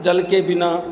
जल के बिना